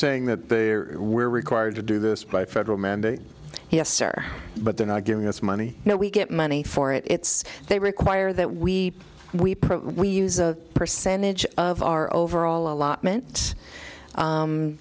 saying that we're required to do this by federal mandate yes sir but they're not giving us money now we get money for it it's they require that we we print we use a percentage of our overall allotment